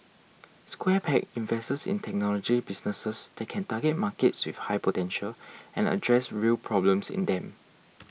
Square Peg invests in technology businesses that can target markets with high potential and address real problems in them